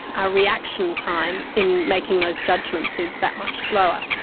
our reaction time in making those judgments is that much slower.